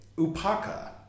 Upaka